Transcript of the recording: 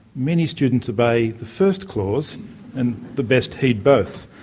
many students obey the first clause and the best heed both.